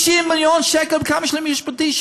50 מיליון שקל לייעוץ משפטי,